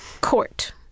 court